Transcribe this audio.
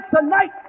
tonight